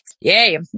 Yay